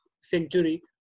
century